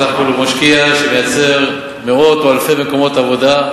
כי סך הכול הוא משקיע שמייצר מאות או אלפי מקומות עבודה,